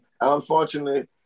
Unfortunately